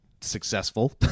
successful